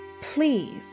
Please